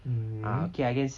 mm